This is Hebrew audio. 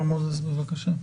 מר מוזס, בבקשה.